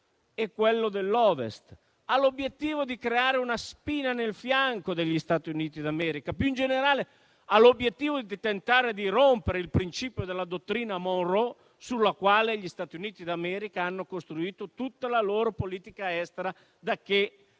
e quello dell'Ovest e creare una spina nel fianco degli Stati Uniti d'America. Più in generale, ha l'obiettivo di tentare di rompere il principio della dottrina Monroe, sulla quale gli Stati Uniti d'America hanno costruito tutta la loro politica estera da che